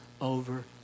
over